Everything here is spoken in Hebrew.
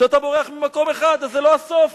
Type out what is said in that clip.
כשאתה בורח ממקום אחד אז זה לא הסוף,